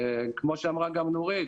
כמו שאמרה גם נורית,